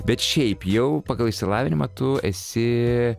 bet šiaip jau pagal išsilavinimą tu esi